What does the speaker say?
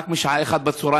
רק משעה 13:00,